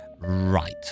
right